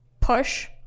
push